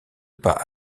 pas